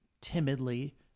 timidly